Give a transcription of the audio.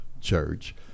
Church